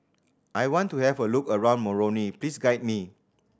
I want to have a look around Moroni please guide me